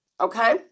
okay